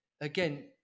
again